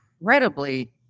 incredibly